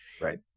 Right